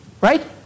right